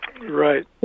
Right